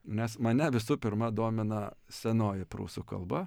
nes mane visų pirma domina senoji prūsų kalba